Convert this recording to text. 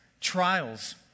trials